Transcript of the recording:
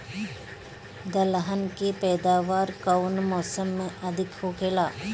दलहन के पैदावार कउन मौसम में अधिक होखेला?